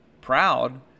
proud